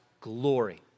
glory